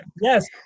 Yes